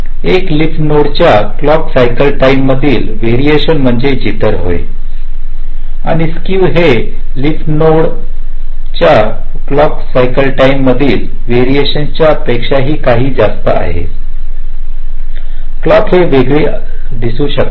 एका leaf node च्या clock cycle time मधील व्हेरीएशन्स म्हणजे जिटर होय आणि स्केव हे एका लइफ नोड च्या क्लॉक सायकल टाईम मधील व्हेरीएशन्स च्या पेक्षाही काही जास्त आहे क्लॉकहे वेगवेगळे वेळी दसू शकतात